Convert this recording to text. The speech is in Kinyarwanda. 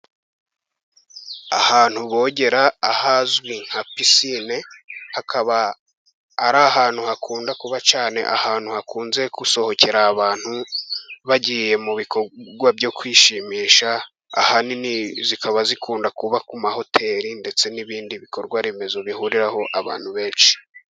Ahantu bogera ahazwi nka pisine, hakaba ari ahantu hakunda kuba cyane ahantu hakunze, gusohokera abantu bagiye mu bikorwa byo kwishimisha, ahanini zikaba zikunda kuba ku mahoteri ndetse n'ibindi bikorwa remezo, bihuriraho abantu benshi.